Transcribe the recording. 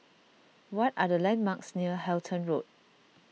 what are the landmarks near Halton Road